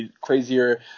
crazier